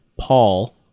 Paul